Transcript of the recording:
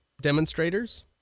demonstrators